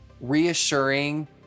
reassuring